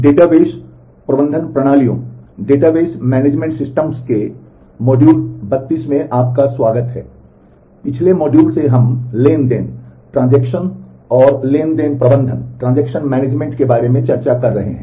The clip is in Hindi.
डेटाबेस प्रबंधन प्रणालियों के बारे में चर्चा कर रहे हैं